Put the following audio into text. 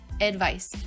advice